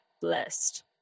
blessed